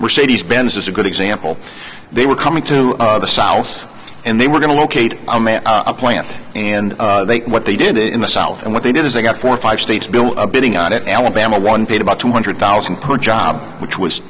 were sadie's benz is a good example they were coming to the south and they were going to locate a plant in what they did in the south and what they did is they got four or five states build a building on it alabama one paid about two hundred thousand per job which was